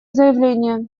заявление